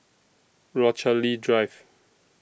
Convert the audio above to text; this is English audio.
Rochalie Drive